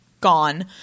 gone